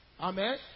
Amen